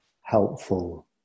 helpful